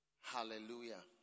Hallelujah